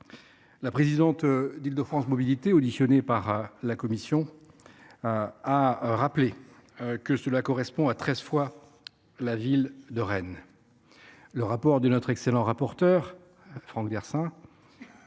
La présidente d’Île de France Mobilités, auditionnée par la commission, a rappelé que cela correspondait à treize fois la ville de Rennes. Le rapport de notre excellent collègue Franck Dhersin